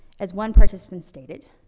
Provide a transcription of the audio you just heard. as one participant stated,